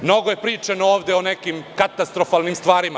Mnogo je pričano ovde o nekim katastrofalnim stvarima.